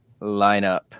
lineup